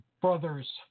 brothers